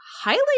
highly